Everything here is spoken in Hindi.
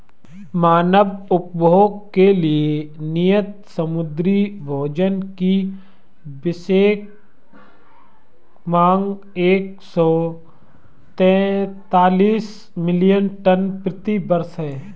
मानव उपभोग के लिए नियत समुद्री भोजन की वैश्विक मांग एक सौ तैंतालीस मिलियन टन प्रति वर्ष है